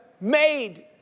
made